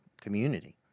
community